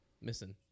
missing